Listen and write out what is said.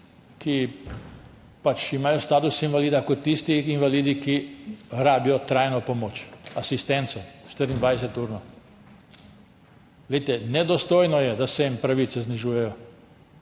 ki imajo status invalida, kot tisti invalidi, ki rabijo trajno pomoč, 24-urno asistenco. Nedostojno je, da se jim pravice znižujejo.